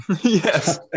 Yes